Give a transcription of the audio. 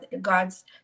gods